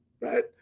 right